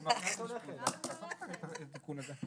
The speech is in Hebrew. אז בואו נניח לפרמדיקים ויש לכם פלבוטומיסטים.